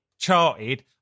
charted